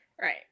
right